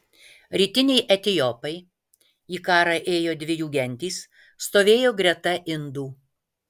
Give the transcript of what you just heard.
rytiniai etiopai į karą ėjo dvi jų gentys stovėjo greta indų